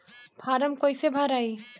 Form कईसे भराई?